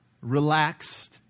relaxed